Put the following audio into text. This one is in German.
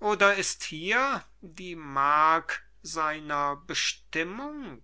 oder ist hier die mark seiner bestimmung